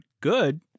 good